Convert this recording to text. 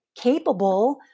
capable